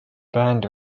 band